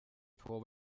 twelve